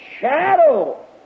shadow